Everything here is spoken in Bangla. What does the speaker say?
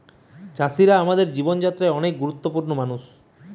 চাষিরা আমাদের জীবন যাত্রায় অনেক গুরুত্বপূর্ণ মানুষ